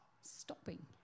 stopping